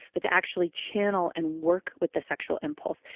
but to actually channel and work with the sexual impulse.